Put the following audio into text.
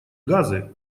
газы